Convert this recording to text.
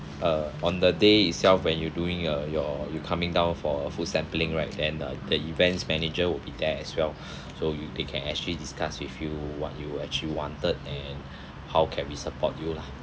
uh on the day itself when you doing uh your you coming down for food sampling right then the the events manager will be there as well so you they can actually discuss with you what you actually wanted and how can we support you lah